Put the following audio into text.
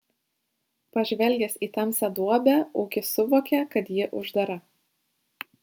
pažvelgęs į tamsią duobę ūkis suvokė kad ji uždara